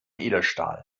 edelstahl